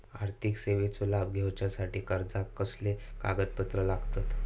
आर्थिक सेवेचो लाभ घेवच्यासाठी अर्जाक कसले कागदपत्र लागतत?